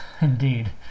indeed